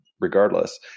regardless